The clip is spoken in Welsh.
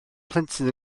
plentyn